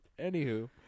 Anywho